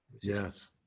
Yes